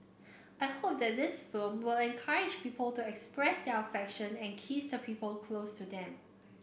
I hope that this film will encourage people to express their affection and kiss the people close to them